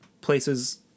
places